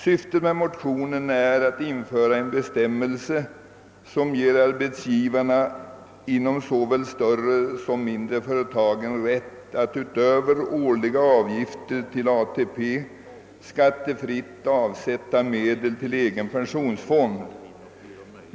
Syftet med motionen är att införa en bestämmelse som ger arbetsgivare inom såväl större som mindre företag rätt att utöver årliga avgifter till ATP skattefritt avsätta medel till egen pensionsfond.